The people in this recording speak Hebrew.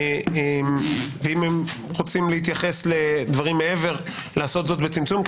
ואם הם רוצים להתייחס לדברים מעבר לעשות זאת בצמצום,